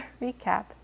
Recap